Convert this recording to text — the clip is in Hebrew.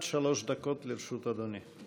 עד שלוש דקות לרשות אדוני.